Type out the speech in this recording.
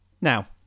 Now